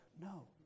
No